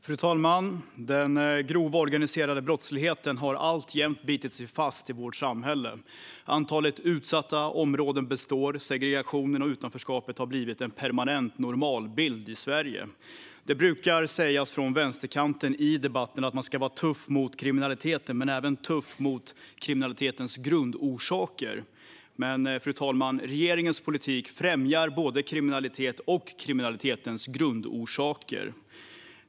Fru talman! Den grova organiserade brottsligheten biter sig alltjämt fast i vårt samhälle. Antalet utsatta områden består. Segregationen och utanförskapet har blivit en permanent normalbild i Sverige. Det brukar sägas från vänsterkanten i debatten att man ska vara tuff mot kriminaliteten men även tuff mot kriminalitetens grundorsaker. Men, fru talman, regeringens politik främjar både kriminalitet och kriminalitetens grundorsaker.